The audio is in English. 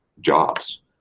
jobs